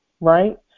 right